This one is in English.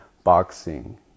boxing